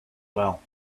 well